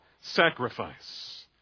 sacrifice